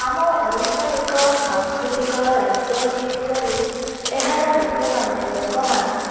ଆମ ଓଡ଼ିଶା ଏକ ସାଂସ୍କୃତିକ ରାଜ୍ୟ ହେଇଥିବାରୁ ଏହାର ଲୋକେମାନେ ଲୋକମାନେ